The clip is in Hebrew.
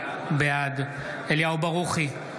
בעד אליהו ברוכי,